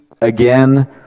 again